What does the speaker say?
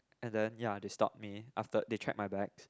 and then ya they stopped me after they checked my bags